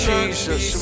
Jesus